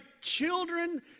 children